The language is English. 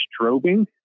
strobing